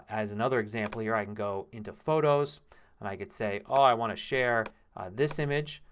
as another example here i can go into photos and i can say, oh i want to share this image.